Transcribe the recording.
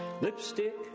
Lipstick